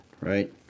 right